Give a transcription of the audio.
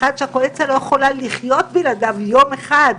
אחד שהקואליציה לא יכולה לחיות בלעדיו יום אחד,